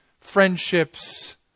friendships